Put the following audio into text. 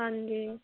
ਹਾਂਜੀ